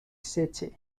city